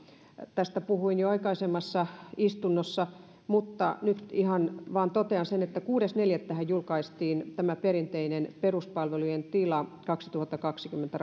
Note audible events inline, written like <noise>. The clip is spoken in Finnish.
tästä puhuin jo aikaisemmassa istunnossa mutta nyt ihan vain totean sen että kuudes neljättä julkaistiin perinteinen peruspalvelujen tila kaksituhattakaksikymmentä <unintelligible>